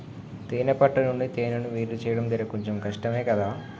తేనే పట్టు నుండి తేనెను వేరుచేయడం జర కొంచెం కష్టమే గదా